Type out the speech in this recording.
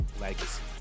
legacy